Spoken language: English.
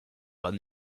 run